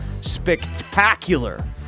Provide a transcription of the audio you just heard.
spectacular